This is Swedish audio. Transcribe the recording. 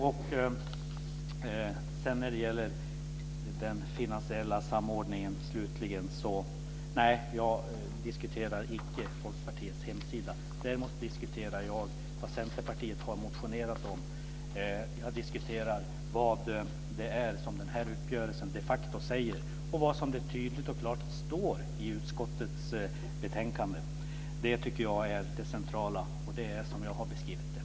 När det slutligen gäller den finansiella samordningen - nej, jag diskuterar icke Folkpartiets hemsida. Däremot diskuterar jag gärna vad Centerpartiet har motionerat om. Jag diskuterar också vad den här uppgörelsen de facto säger och vad som tydligt och klart står i utskottets betänkande. Det tycker jag är det centrala, och det är så som jag har beskrivit det.